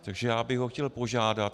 Takže já bych ho chtěl požádat.